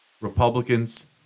Republicans